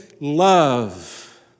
love